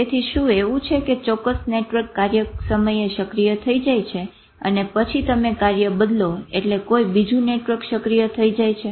તેથી શું એવું છે કે ચોક્કસ નેટવર્ક કાર્ય સમયે સક્રિય થઇ જાય છે અને પછી તમે કાર્ય બદલો એટલે કોઈ બીજું નેટવર્ક સક્રિય થઇ જાય છે